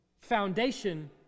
foundation